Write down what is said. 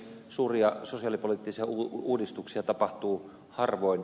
suuria sosiaalipoliittisia uudistuksia tapahtuu harvoin